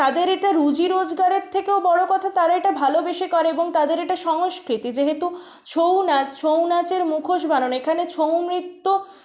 তাদের এটা রুজি রোজগারের থেকেও বড়ো কথা তারা এটা ভালোবেসে করে এবং তাদের এটা সংস্কৃতি যেহেতু ছৌ নাচ ছৌ নাচের মুখোশ বানানো এখানে ছৌ নৃত্য